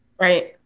Right